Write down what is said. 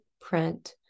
print